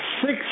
six